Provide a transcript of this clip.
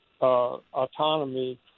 autonomy